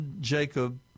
Jacob